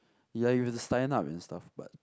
ya you have to sign up and stuff but